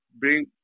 bring